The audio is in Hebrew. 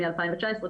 מ-2019,